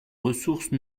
ressource